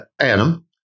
Adam